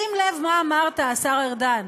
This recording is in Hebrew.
שים לב מה אמרת, השר ארדן: